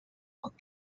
have